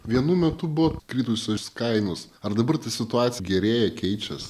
vienu metu buvo kritusios kainos ar dabar ta situacija gerėja keičias